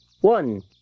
One